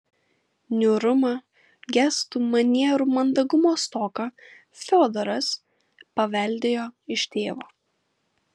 niūrumą gestų manierų mandagumo stoką fiodoras paveldėjo iš tėvo